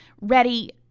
ready